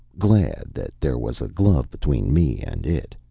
glad that there was a glove between me and it.